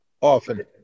often